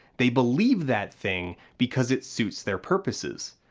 they believe that thing because it suits their purposes.